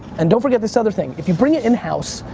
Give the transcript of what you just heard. and don't forget this other thing, if you bring it in-house,